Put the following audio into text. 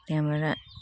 त्यहाँबाट